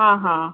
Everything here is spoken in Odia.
ହଁ ହଁ